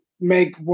Make